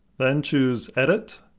then choose, edit,